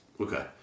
Okay